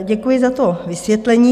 Děkuji za to vysvětlení.